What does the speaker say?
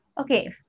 okay